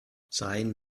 seien